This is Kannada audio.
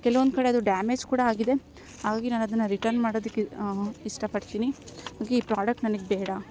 ಕೆಲವೊಂದು ಕಡೆ ಅದು ಡ್ಯಾಮೇಜ್ ಕೂಡ ಆಗಿದೆ ಹಾಗಾಗಿ ನಾನು ಅದನ್ನು ರಿಟರ್ನ್ ಮಾಡೋದಿಕ್ ಇಷ್ಟಪಡ್ತಿನಿ ಹಾಗಿ ಈ ಪ್ರೊಡಕ್ಟ್ ನನಗ್ ಬೇಡ